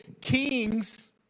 kings